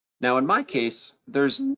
now, in my case, there's